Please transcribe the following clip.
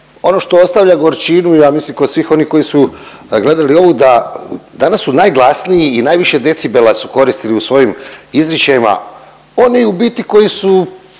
Ono što ostavlja gorčinu ja mislim kod svih onih koji su gledali ovo da danas su najglasniji i najviše decibela su koristili u svojim izričajima oni u biti koji su